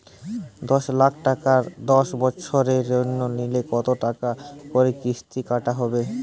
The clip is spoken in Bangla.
দশ লক্ষ টাকার ঋণ দশ বছরের জন্য নিলে কতো টাকা করে কিস্তির টাকা হবে?